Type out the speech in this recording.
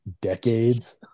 decades